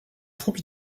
troupes